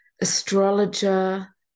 astrologer